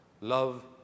Love